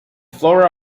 flora